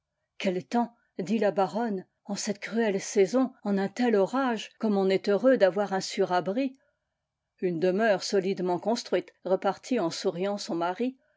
quel temps dit la baronne en cette cruelle saison en un tel orage comme on est heureux d'avoir un sûr abri une demeure solidement construite repartit en souriant son mari